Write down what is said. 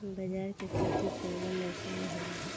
बाजरा के खेती कवना मौसम मे होला?